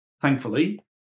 thankfully